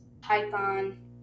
Python